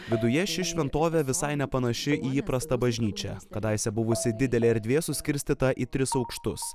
viduje ši šventovė visai nepanaši į įprastą bažnyčią kadaise buvusi didelė erdvė suskirstyta į tris aukštus